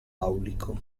aulico